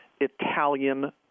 Italian